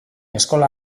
eskola